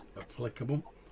applicable